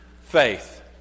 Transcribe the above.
faith